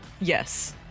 Yes